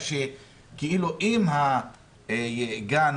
אם הגן